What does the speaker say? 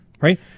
Right